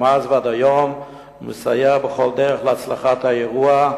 ומאז ועד היום הוא מסייע בכל דרך להצלחת האירוע,